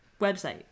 website